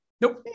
Nope